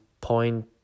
point